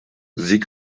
sie